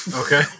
Okay